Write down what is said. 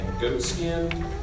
goatskin